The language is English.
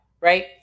right